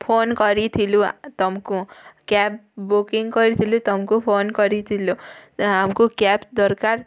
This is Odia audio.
ଫୋନ୍ କରିଥିଲୁ ତମ୍କୁ କ୍ୟାବ୍ ବୁକିଂ କରିଥିଲୁ ତମ୍କୁ ଫୋନ୍ କରିଥିଲୁ ଆମ୍କୁ କ୍ୟାବ୍ ଦରକାର୍